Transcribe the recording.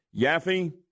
Yaffe